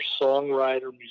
songwriter